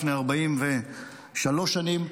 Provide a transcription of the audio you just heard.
לפני 43 שנים,